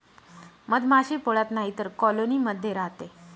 मधमाशी पोळ्यात नाहीतर कॉलोनी मध्ये राहते